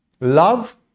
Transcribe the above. Love